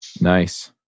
Nice